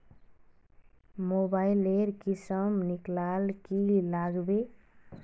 Mobile लेर किसम निकलाले की लागबे?